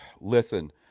listen